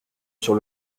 sur